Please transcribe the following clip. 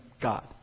God